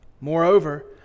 Moreover